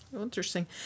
Interesting